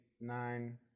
nine